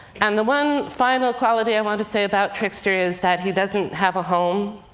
and the one final quality i want to say about trickster is that he doesn't have a home.